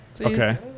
Okay